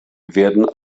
werden